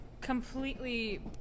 completely